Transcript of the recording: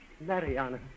Mariana